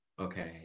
okay